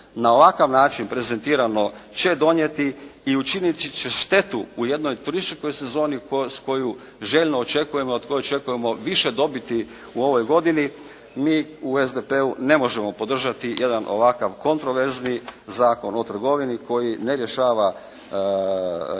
na ovakav način prezentirano će donijeti i učiniti će štetu u jednoj turističkoj sezoni koju željno očekujemo, a od koje očekujemo više dobiti u ovoj godini, mi u SDP-u ne možemo podržati jedan ovakav kontroverzni Zakon o trgovini koji ne rješava i